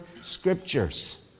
scriptures